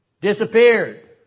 Disappeared